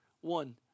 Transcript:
One